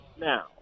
now